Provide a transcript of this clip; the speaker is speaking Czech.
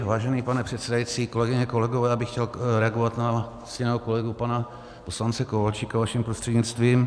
Vážený pane předsedající, kolegyně a kolegové, já bych chtěl reagovat na ctěného kolegu, pana poslance Kováčika, vaším prostřednictvím.